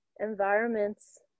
environments